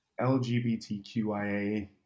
LGBTQIA